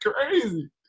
crazy